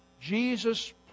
Jesus